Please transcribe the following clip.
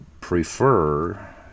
prefer